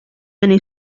anni